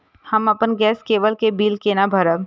हम अपन गैस केवल के बिल केना भरब?